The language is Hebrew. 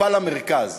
טיפה למרכז.